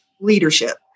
leadership